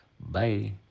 Bye